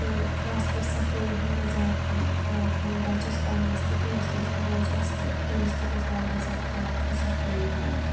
تہٕ خاص کَر صفٲیی ہُنٛد گژھِ زیادٕ پَہمَتھ خیال تھَوُن بَچَس پانَس تہِ تہٕ یۄس تٔمِس موج آسہِ تہٕ تٔمِس تہِ گژھِ واریاہ زیادٕ خیال آسُن صفٲیی ہُںٛد